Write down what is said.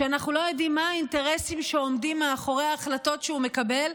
שאנחנו לא יודעים מה האינטרסים שעומדים מאחורי ההחלטות שהוא מקבל,